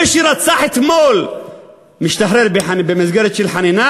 זה שרצח אתמול משתחרר במסגרת של חנינה